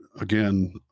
again